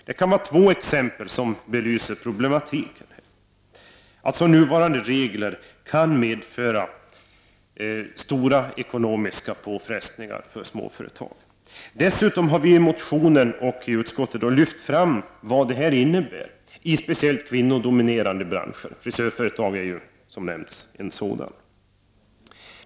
Detta är två exempel som kan belysa problematiken. Nuvarande regler kan alltså medföra stora ekonomiska påfrestningar för småföretagen. Vi har dessutom i motionen och i utskottet lyft fram vad detta innebär i speciellt kvinnodominerade branscher; frisörföretag är ju, som nämnts, en sådan.